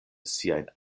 siajn